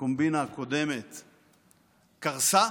הקומבינה הקודמת קרסה.